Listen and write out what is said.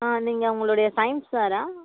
ஆ நீங்கள் அவங்களுடைய சையின்ஸ் சாரா